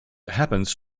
happens